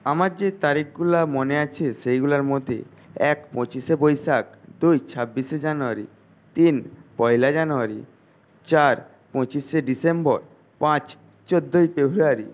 আমার যে তারিখগুলো মনে আছে সেইগুলোর মধ্যে এক পঁচিশে বৈশাখ দুই ছাব্বিশে জানুয়ারী তিন পয়লা জানুয়ারী চার পঁচিশে ডিসেম্বর পাঁচ চোদ্দোই ফেব্রুয়ারি